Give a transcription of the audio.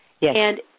Yes